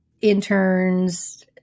interns